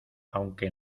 aunque